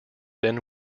then